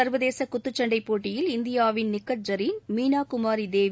சர்வதேச குத்துச்சண்டை போட்டியில் இந்தியாவின் நிக்கத் ஐரீன் மீனா குமாரி தேவி